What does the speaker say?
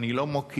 אני לא מוקיע